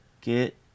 get